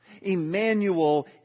Emmanuel